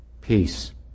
peace